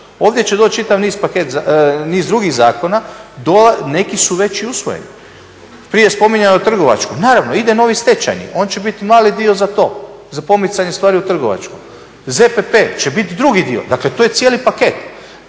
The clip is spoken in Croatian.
ovdje će doći čitav niz drugih zakona, neki su već i usvojeni. Prije je spominjao i …, naravno, ide novi stečajni, on će biti mali dio za to, za pomicanje stvari u trgovačkom. ZPP će biti drugi dio, dakle to je cijeli paket.